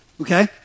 okay